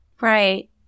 Right